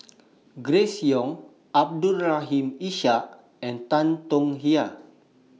Grace Young Abdul Rahim Ishak and Tan Tong Hye